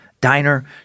diner